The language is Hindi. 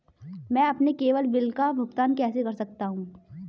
मैं अपने केवल बिल का भुगतान कैसे कर सकता हूँ?